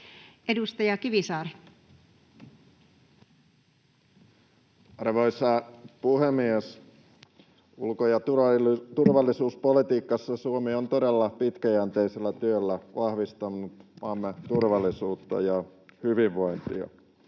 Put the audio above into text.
Edustaja Kivisaari. Arvoisa puhemies! Ulko- ja turvallisuuspolitiikassa Suomi on todella pitkäjänteisellä työllä vahvistanut maamme turvallisuutta ja hyvinvointia.